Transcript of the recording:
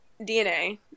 DNA